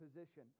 position